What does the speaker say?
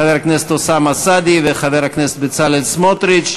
חבר הכנסת אוסאמה סעדי וחבר הכנסת בצלאל סמוטריץ,